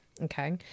Okay